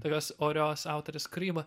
tokios orios autorės kūryba